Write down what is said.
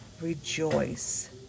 rejoice